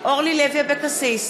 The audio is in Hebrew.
אורלי לוי אבקסיס,